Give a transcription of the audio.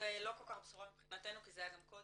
זה לא כל כך בשורה מבחינתנו כי זה היה גם קודם.